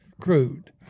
crude